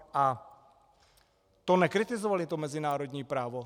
A to nekritizovali to mezinárodní právo?